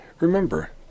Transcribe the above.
Remember